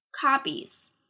copies